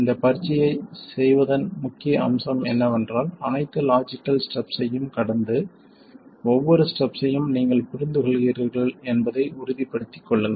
இந்தப் பயிற்சியைச் செய்வதன் முக்கிய அம்சம் என்னவென்றால் அனைத்து லாஜிக்கல் ஸ்டெப்ஸ் ஐயும் கடந்து ஒவ்வொரு ஸ்டெப்ஸ் ஐயும் நீங்கள் புரிந்துகொள்கிறீர்கள் என்பதை உறுதிப்படுத்திக் கொள்ளுங்கள்